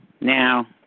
now